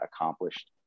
accomplished